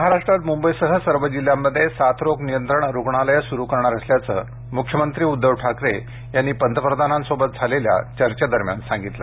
महाराष्ट्रात मुंबईसह सर्व जिल्ह्यांमध्ये साथरोग नियंत्रण रुग्णालयं सुरू करणार असल्याचं मुख्यमंत्री उद्धव ठाकरे यांनी पंतप्रधानांशी झालेल्या चर्चेदरम्यान सांगितलं